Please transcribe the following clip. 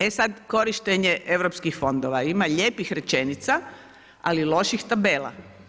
E sada korištenje europskih fondova, ima lijepih rečenica ali loših tabela.